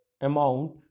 amount